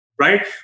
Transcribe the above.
Right